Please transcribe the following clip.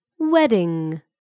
Wedding